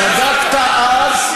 צדקת אז,